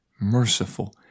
merciful